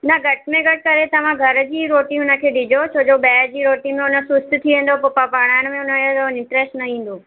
न घटि में घटि करे तव्हां घर जी रोटी हुनखे ॾिजोसि छोजो ॿाहिरि जी रोटी में हुन सुस्त थी वेंदो पोइ पढ़ाइनि में हुनजो इंट्रेस्ट न ईंदो